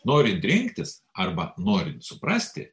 norit rinktis arba norint suprasti